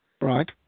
right